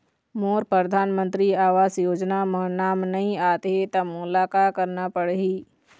मोर परधानमंतरी आवास योजना म नाम नई आत हे त मोला का करना पड़ही?